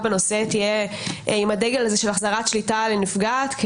בנושא יהיה עם הדגל הזה של החזרת שליטה לנפגעת כי